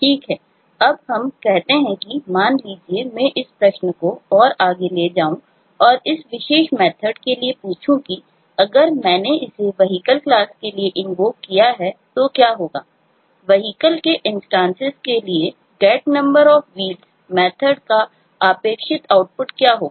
ठीक है अब हम कहते हैं कि मान लीजिए कि मैं इस प्रश्न को और आगे ले जाऊं और इस विशेष मेथर्ड का अपेक्षित आउटपुट क्या होगा